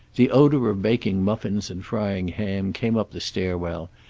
the odor of baking muffins and frying ham came up the stair-well,